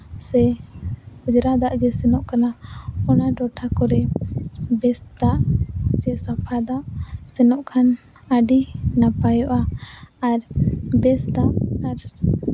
ᱥᱮ ᱚᱡᱽᱨᱟ ᱫᱟᱜ ᱜᱮ ᱥᱮᱱᱚᱝ ᱠᱟᱱᱟ ᱚᱱᱟ ᱴᱚᱴᱷᱟ ᱠᱚᱨᱮ ᱵᱮᱥ ᱫᱟᱜ ᱥᱮ ᱥᱟᱯᱷᱟ ᱫᱟᱜ ᱥᱮᱱᱚᱜ ᱠᱷᱟᱱ ᱟᱹᱰᱤ ᱱᱟᱯᱟᱭᱚᱜᱼᱟ ᱟᱨ ᱵᱮᱥ ᱫᱟᱜ ᱟᱨ